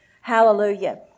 Hallelujah